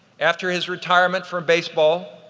after his retirement from baseball,